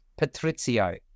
Patrizio